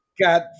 Got